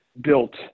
built –